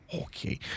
Okay